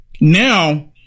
now